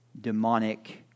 demonic